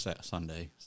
Sunday